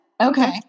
okay